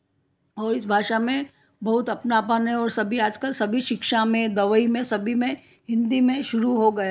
और इस भाषा में बहुत अपनापन है और सभी आज कल सभी शिक्षा में दवई में सभी में हिंदी में शुरू हो गया